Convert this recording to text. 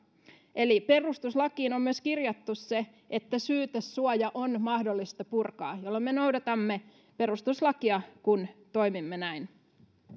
eli perustuslakiin on kirjattu myös se että syytesuoja on mahdollista purkaa ja me noudatamme perustuslakia kun toimimme näin